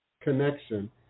connection